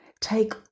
Take